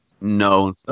no